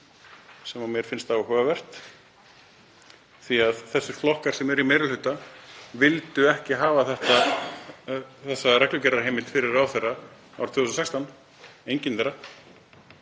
sem mér finnst áhugavert því að þessir flokkar sem eru í meiri hluta vildu ekki hafa þessa reglugerðarheimild fyrir ráðherra árið 2016, enginn þeirra.